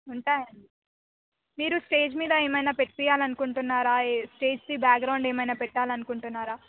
ఉంటాయండి మీరు స్టేజ్ మీద ఏమైనా పెట్టించాలనుకుంటున్నారా స్టేజ్కి బ్యాక్ గ్రౌండ్ ఏమైనా పెట్టాలనుకుంటున్నారా